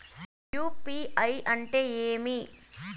UPI అంటే ఏమి?